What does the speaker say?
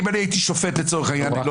אם אני הייתי שופט לצורך העניין אני לא